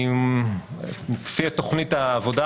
כפי התוכנית העבודה,